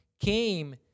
came